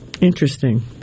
Interesting